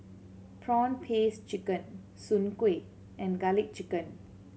prawn paste chicken Soon Kueh and Garlic Chicken